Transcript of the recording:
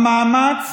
המאמץ